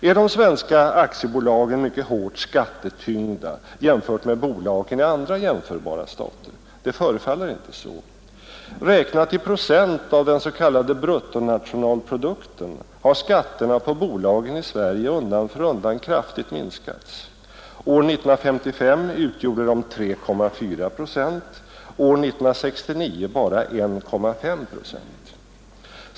Är de svenska aktiebolagen mycket hårt skattetyngda jämförda med bolagen i andra jämförbara stater? Det förefaller inte så. Räknat i procent av den s.k. bruttonationalprodukten har skatterna på bolagen i Sverige undan för undan kraftigt minskats. År 1955 utgjorde de 3,4 procent, år 1969 bara 1,5 procent.